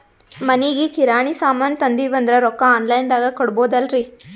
ಮನಿಗಿ ಕಿರಾಣಿ ಸಾಮಾನ ತಂದಿವಂದ್ರ ರೊಕ್ಕ ಆನ್ ಲೈನ್ ದಾಗ ಕೊಡ್ಬೋದಲ್ರಿ?